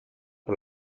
por